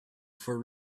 for